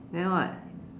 then what